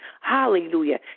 Hallelujah